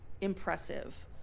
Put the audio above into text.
impressive